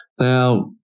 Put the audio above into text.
Now